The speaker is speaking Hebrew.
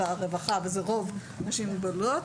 משרד הרווחה ואלה רוב האנשים עם מוגבלויות,